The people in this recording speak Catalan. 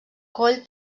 coll